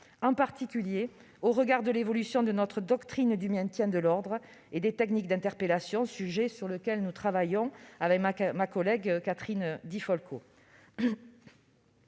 en particulier au regard de l'évolution de notre doctrine du maintien de l'ordre et des techniques d'interpellation, sujet sur lequel Catherine Di Folco